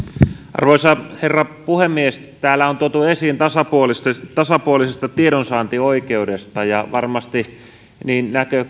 arvoisa herra puhemies täällä on tuotu esiin tasapuolista tasapuolista tiedonsaantioikeutta ja varmasti niin näkö